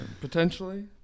potentially